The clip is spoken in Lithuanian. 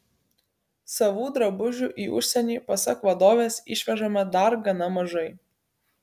savų drabužių į užsienį pasak vadovės išvežama dar gana mažai